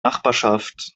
nachbarschaft